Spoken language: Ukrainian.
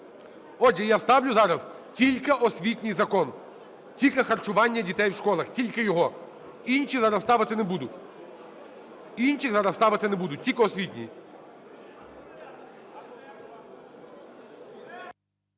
Отже, я ставлю зараз тільки освітній закон, тільки харчування дітей в школах, тільки його, інші зараз ставити не буду. Інші